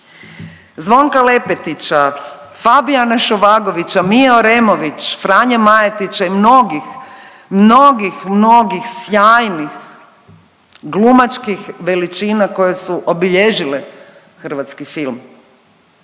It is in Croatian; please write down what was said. Zvonka Lepetića, Fabijana Šovagovića, Mije Oremović, Franje Majetića i mnogih, mnogih, mnogih sjajnih glumačkih veličina koje su obilježile hrvatski film.